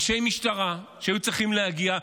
אנשי משטרה היו צריכים להגיע,